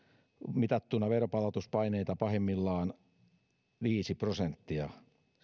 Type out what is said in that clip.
mitattuna veronkorotuspaineita viisi prosenttia